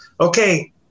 okay